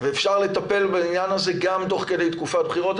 אפשר לטפל בעניין הזה גם תוך כדי תקופת בחירות.